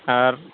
ᱟᱨ